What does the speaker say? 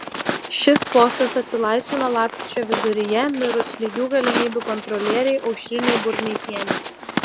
šis postas atsilaisvino lapkričio viduryje mirus lygių galimybių kontrolierei aušrinei burneikienei